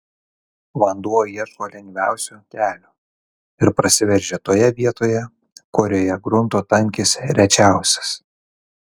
vanduo ieško lengviausio kelio ir prasiveržia toje vietoje kurioje grunto tankis rečiausias